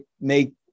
make